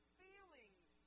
feelings